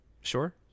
sure